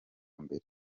mbere